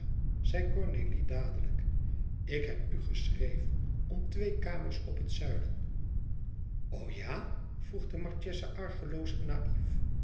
cornélie dadelijk ik heb u geschreven om twee kamers op het zuiden o ja vroeg de marchesa argeloos en naïf